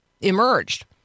emerged